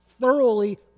thoroughly